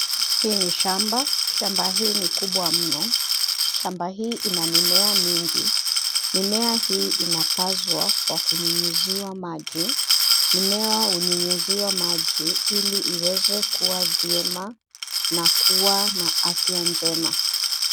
Hii ni shamba, shamba hii ni kubwa mno. Shamba hii ina mimea mingi. Mimea hii inapazwa kwa kunyunyuziwa maji. Mimea hunyunyuziwa maji ili iweze kua vyema na kuwa na afya njema.